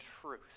truth